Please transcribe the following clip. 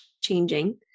changing